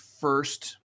first